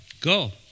Go